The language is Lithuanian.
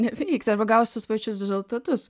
neveiks arba gaus tuos pačius rezultatus